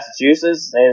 Massachusetts